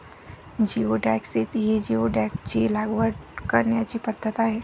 geoduck शेती ही जिओडॅकची लागवड करण्याची पद्धत आहे